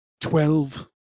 Twelve